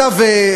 אגב,